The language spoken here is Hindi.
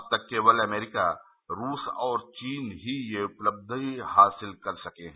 अब तक केवल अमरीका रूस और चीन ही ये उपलब्धि हासिल कर सके हैं